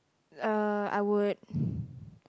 uh I would